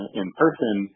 in-person